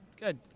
good